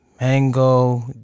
mango